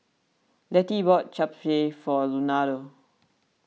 Lettie bought Japchae for Leonardo